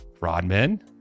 Rodman